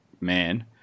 man